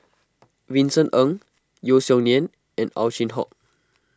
Vincent Ng Yeo Song Nian and Ow Chin Hock